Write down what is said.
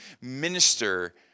minister